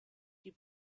die